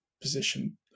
position